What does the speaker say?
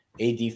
AD